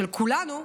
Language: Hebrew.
של כולנו,